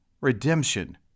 redemption